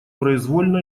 произвольно